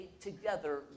together